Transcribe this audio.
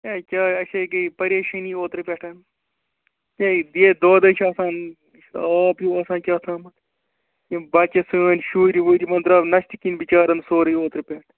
ہے کیٛاہ اَسہِ ہَے گٔے پریشٲنی اوٚترٕ پٮ۪ٹھ ہے یہِ دۄد ہَے چھُ آسان آب ہیٛوٗ آسان کیٛاہتام یِم بَچہٕ سٲنۍ شُرۍ ؤرۍ یِمَن درٛاو نَستہِ کِنۍ بِچارَن سورُے اوٚترٕ پٮ۪ٹھ